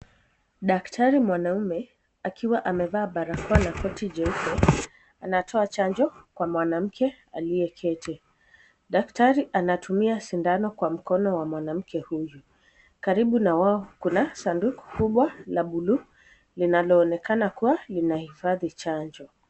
Daktari mwanaume akiwa amevaa barakoa na koti jeupe anatoa chanjo kwa mwanamke aliyeketi. Daktari anatumia shindano kwa mwanamke wa mwanamke huyu. Karibu na wao kuna sanduku kubwa la buluu linaloonekana kuwa linahifadhi chanjo.